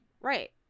Right